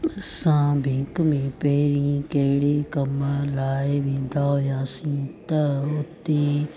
असां बैंक में पहिरीं कहिड़े कमु लाइ वेंदा हुआसीं त हुते